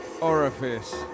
Orifice